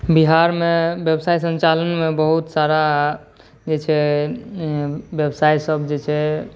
बिहारमे व्यवसाय संचालनमे बहुत सारा जे छै व्यवसायसभ जे छै